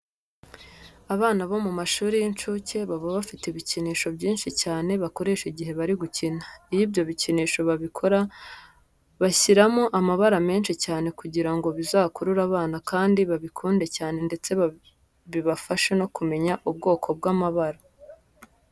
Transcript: Abana bo mu mashuri y'inshuke baba bafite ibikinisho byinshi cyane bakoresha igihe bari gukina. Iyo ibyo bikinisho babikora bashyiramo amabara menshi cyane kugira ngo bizakurure abana kandi babikunde cyane ndetse bibafashe no kumenya ubwoko bw'amabara.